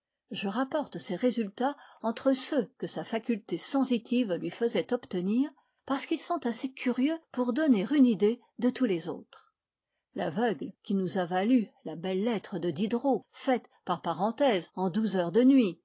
je rapporte ces résultats entre ceux que sa faculté sensitive lui faisait obtenir parce qu'ils sont assez curieux pour donner une idée de tous les autres l'aveugle qui nous a valu la belle lettre de diderot faite par parenthèse en douze heures de nuit